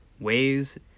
ways